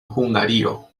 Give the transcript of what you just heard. hungario